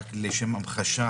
רק לשם המחשה